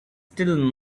still